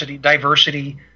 diversity